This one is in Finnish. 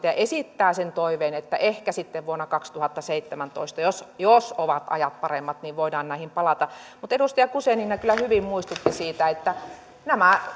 ja esittää sen toiveen että ehkä sitten vuonna kaksituhattaseitsemäntoista jos jos ovat ajat paremmat voidaan näihin palata mutta edustaja guzenina kyllä hyvin muistutti siitä että nämä